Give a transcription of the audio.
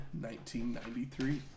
1993